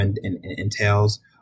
entails